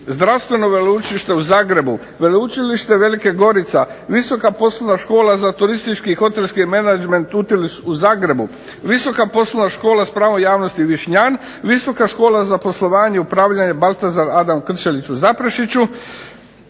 zdravstveno veleučilište u Zagrebu, veleučilište Velika Gorica, visoka poslovna škola za turistički i hotelski menadžment Utilis u Zagrebu, visoka poslovna škola s pravom javnosti Višnjan, visoka škola za poslovanje i upravljanje Baltazar Adam Krčeljić u Zaprešiću,